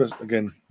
Again